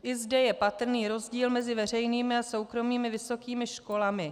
I zde je patrný rozdíl mezi veřejnými a soukromými vysokými školami.